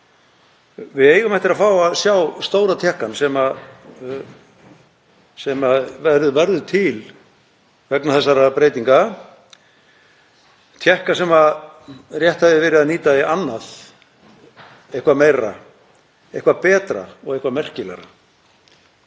Við eigum eftir að fá að sjá stóra tékkann sem verður til vegna þessara breytinga, tékka sem rétt hefði verið að nýta í annað, eitthvað meira, eitthvað betra og eitthvað merkilegra.